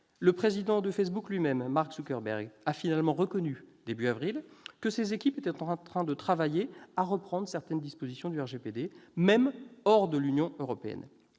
Le président de Facebook lui-même, Mark Zuckerberg, a finalement reconnu, au début du mois d'avril, que ses équipes étaient en train de travailler à reprendre certaines dispositions du RGPD, même hors de l'Union européenne.